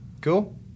Cool